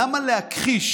למה להכחיש